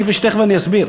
כפי שתכף אני אסביר.